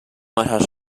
massa